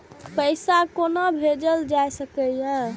पैसा कोना भैजल जाय सके ये